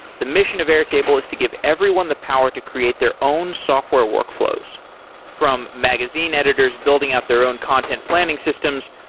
the mission of airtable is to give everyone the power to create their own software workflows from magazine editors building out their own content planning systems,